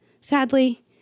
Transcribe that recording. Sadly